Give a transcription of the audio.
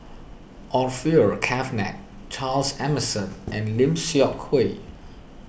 Orfeur Cavenagh Charles Emmerson and Lim Seok Hui